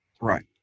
Right